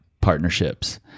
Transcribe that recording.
partnerships